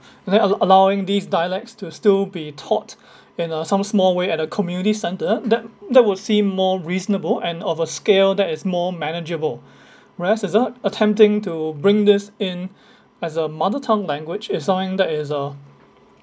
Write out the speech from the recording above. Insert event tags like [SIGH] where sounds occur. and then allow~ allowing these dialects to still be taught [BREATH] in uh some small way at a community centre that that will see more reasonable and of a scale that is more manageable [BREATH] whereas is the attempting to bring this in [BREATH] as a mother tongue language it sign~ that is a